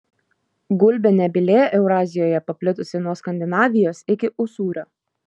gulbė nebylė eurazijoje paplitusi nuo skandinavijos iki usūrio